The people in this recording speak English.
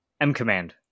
M-Command